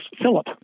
Philip